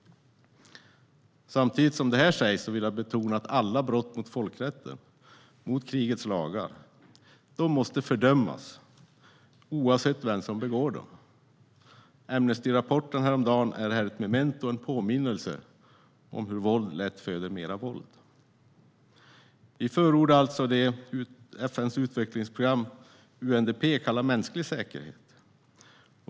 Samtidigt som det sägs vill jag betona att alla brott mot folkrätten, mot krigets lagar, måste fördömas oavsett vem som begår dem. Amnestyrapporten häromdagen är här ett memento och en påminnelse om hur våld lätt föder mer våld. Vi förordar alltså det som i FN:s utvecklingsprogram UNDP kallas "mänsklig säkerhet".